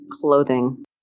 clothing